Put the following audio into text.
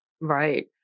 Right